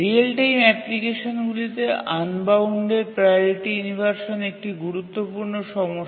real time অ্যাপ্লিকেশনগুলিতে unbounded priority inversion একটি গুরুত্বপূর্ণ সমস্যা